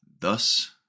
Thus